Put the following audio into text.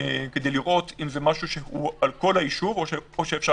כדי לראות אם זה משהו שהוא על כל היישוב או שאפשר